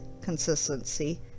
consistency